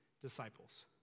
disciples